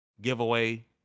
giveaway